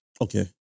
Okay